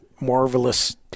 marvelous